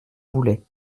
voulait